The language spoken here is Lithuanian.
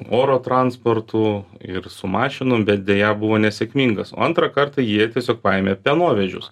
oro transportu ir su mašinom bet deja buvo nesėkmingas o antrą kartą jie tiesiog paėmė pienovežius